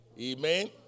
Amen